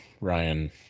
Ryan